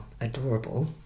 adorable